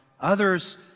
Others